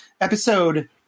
episode